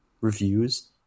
reviews